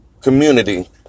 community